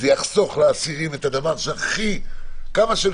זה יחסוך לאסירים את הדבר שהכי כמה שהם